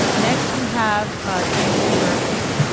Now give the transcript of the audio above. next we have dean murphy.